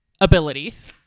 abilities